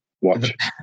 watch